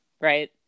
Right